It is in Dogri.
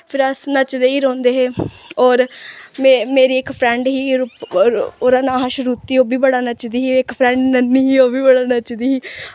फिर अस नचदे ई रौंह्दे हे और मेरी इक फ्रैंड ही ओह्दा नांऽ हा शरूत्ती ओह् बी बड़ा नचदी ही इक फ्रैंड नमीं ही ओह् बी बड़ा नचदी ही